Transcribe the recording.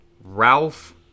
Ralph